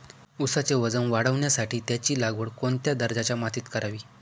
ऊसाचे वजन वाढवण्यासाठी त्याची लागवड कोणत्या दर्जाच्या मातीत करावी?